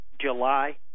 July